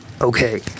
Okay